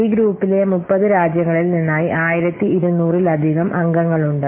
ഈ ഗ്രൂപ്പിലെ 30 രാജ്യങ്ങളിൽ നിന്നായി 1200 ൽ അധികം അംഗങ്ങളുണ്ട്